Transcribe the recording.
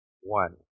One